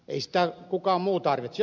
ei sitä kukaan muu tarvitse